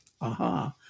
aha